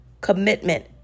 commitment